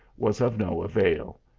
was of no avail.